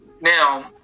Now